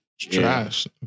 Trash